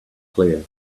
clear